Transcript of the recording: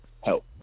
help